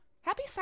Happy